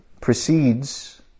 precedes